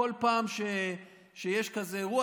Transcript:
בכל פעם שיש כזה אירוע,